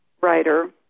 writer